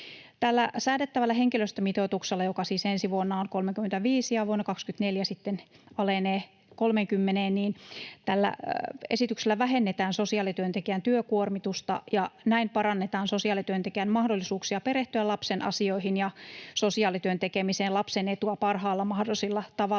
säädettävällä henkilöstömitoituksella, joka siis ensi vuonna on 35 ja vuonna 24 sitten alenee 30:een, vähennetään sosiaalityöntekijän työkuormitusta ja näin parannetaan sosiaalityöntekijän mahdollisuuksia perehtyä lapsen asioihin ja tehdä sosiaalityötä lapsen etua parhaalla mahdollisella tavalla